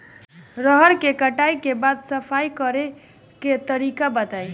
रहर के कटाई के बाद सफाई करेके तरीका बताइ?